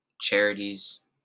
charities